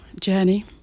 journey